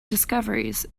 discoveries